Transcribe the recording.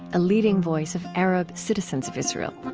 a leading voice of arab citizens of israel